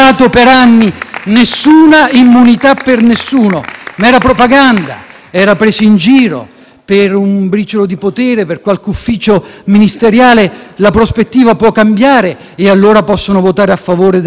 Per un briciolo di potere, per qualche ufficio ministeriale, la prospettiva può cambiare e allora possono votare a favore delle immunità perché, se cade Salvini, vanno tutti a casa e quindi dicono sì all'immunità e no ai giudici.